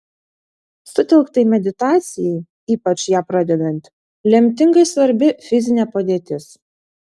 sutelktai meditacijai ypač ją pradedant lemtingai svarbi fizinė padėtis